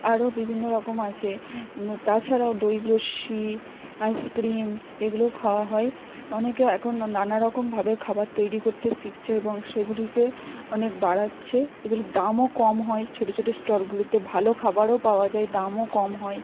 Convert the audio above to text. আরও বিভিন্ন রকম আছে তাছাড়াও দই লস্যি আইসক্রিম এগুলোও খাওয়া হয় অনেকে এখন নানা রকমভাবে খাবার তৈরি করতে শিখছে এবং সেগুলিকে অনেক বাড়াচ্ছে এগুলির দামও কম হয় ছোটো ছোটো স্টলগুলিতে ভালো খাবারও পাওয়া যায় দামও কম হয়